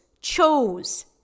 chose